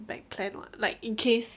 back plan what like in case